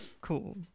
cool